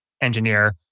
engineer